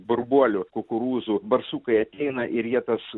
burbuolių kukurūzų barsukai ateina ir jie tas